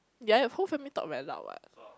ya your whole family talk very loud what